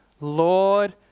Lord